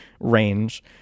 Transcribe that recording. range